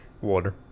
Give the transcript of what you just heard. Water